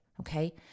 Okay